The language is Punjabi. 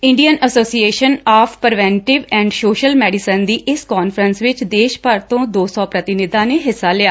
ਇੰਡੀਅਨ ਐਸੋਸਿਏਸਨ ਆਫ ਪਰਵੈਨਟਿਵ ਅਤੇ ਸੋਸ਼ਲ ਮੈਡੀਸਨ ਦੀ ਇਸ ਕਾਨਫਰੰਸ ਵਿੱਚ ਦੇਸ਼ ਭਰ ਤੋ ਦੋ ਸੋ ਪੁਤੀਨਿਧਾਂ ਨੇ ਹਿੱਸਾ ਲਿਆ